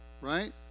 right